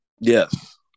Yes